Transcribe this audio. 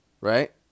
right